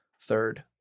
third